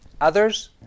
Others